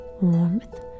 warmth